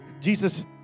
Jesus